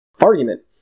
argument